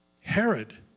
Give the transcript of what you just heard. Herod